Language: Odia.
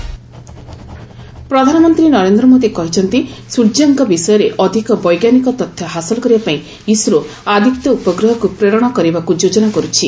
ପିଏମ୍ ମନ୍ କୀ ବାତ୍ ପ୍ରଧାନମନ୍ତ୍ରୀ ନରେନ୍ଦ୍ର ମୋଦି କହିଛନ୍ତି ସ୍ୱର୍ଯ୍ୟଙ୍କ ବିଷୟରେ ଅଧିକ ବୈଜ୍ଞାନିକ ତଥ୍ୟ ହାସଲ କରିବାପାଇଁ ଇସ୍ରୋ 'ଆଦିତ୍ୟ' ଉପଗ୍ରହକୁ ପ୍ରେରଣ କରିବାକୁ ଯୋଜନା କରୁଛି